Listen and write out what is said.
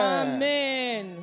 amen